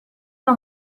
una